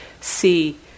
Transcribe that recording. see